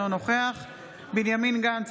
אינו נוכח בנימין גנץ,